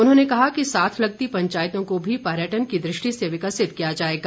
उन्होंने कहा कि साथ लगती पंचायतों को भी पर्यटन की दृष्टि से विकसित किया जाएगा